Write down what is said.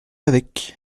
avec